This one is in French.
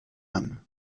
homme